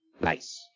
Nice